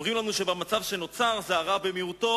אומרים לנו שבמצב שנוצר זה הרע במיעוטו,